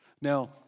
Now